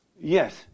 yes